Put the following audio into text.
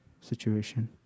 situation